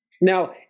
Now